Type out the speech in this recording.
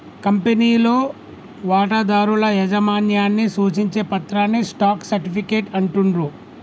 కంపెనీలో వాటాదారుల యాజమాన్యాన్ని సూచించే పత్రాన్నే స్టాక్ సర్టిఫికేట్ అంటుండ్రు